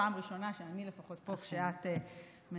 פעם ראשונה שאני לפחות פה כשאת מנהלת.